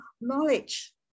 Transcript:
knowledge